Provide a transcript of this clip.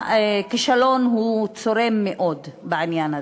והכישלון הוא צורם מאוד בעניין הזה.